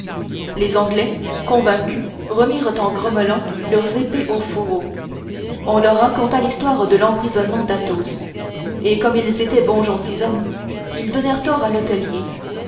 les anglais convaincus remirent en grommelant leurs épées au fourreau on leur raconta l'histoire de l'emprisonnement d'athos et comme ils étaient bons gentilshommes ils donnèrent tort à l'hôtelier